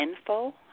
info